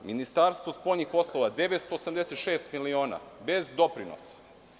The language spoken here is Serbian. Ministarstvo spoljnih poslova 986 miliona be doprinosa.